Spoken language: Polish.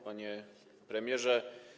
Panie Premierze!